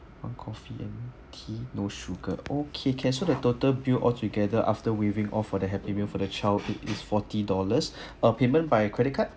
all coffee and tea no sugar okay can so the total bill altogether after weaving off for the happy meal for the child it is forty dollars uh payment by credit card